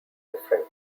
different